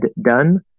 done